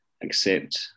accept